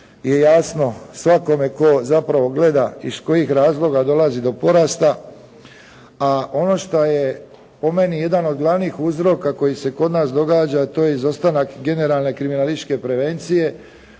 je jasno svakome tko zapravo gleda iz kojih razloga dolazi do porasta. A ono što je po meni jedan od glavnih uzroka koji se kod nas događa, to je izostanak generalne kriminalističke prevencije.